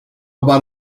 about